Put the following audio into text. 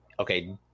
okay